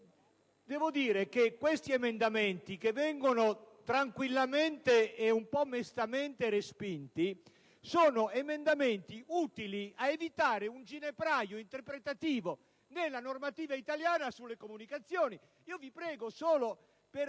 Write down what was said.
relatrice. Questi emendamenti, che vengono tranquillamente - e un po' mestamente - respinti, sono emendamenti utili a evitare un ginepraio interpretativo della normativa italiana sulle comunicazioni. Vi prego solo, per